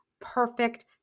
perfect